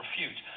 refute